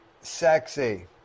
sexy